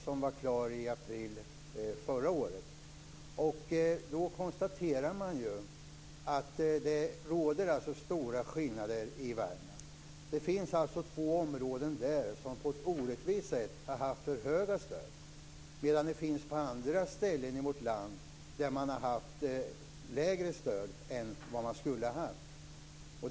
Den var klar i april förra året. Då konstaterade man ju att det råder stora skillnader i Värmland. Det finns två områden där som på ett orättvist sätt har haft för höga stöd, medan man på andra ställen i vårt land har haft lägre stöd än vad man skulle ha haft.